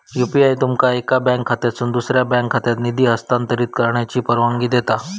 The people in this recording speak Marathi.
यू.पी.आय तुमका एका बँक खात्यातसून दुसऱ्यो बँक खात्यात निधी हस्तांतरित करण्याची परवानगी देता